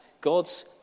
God's